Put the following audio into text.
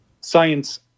science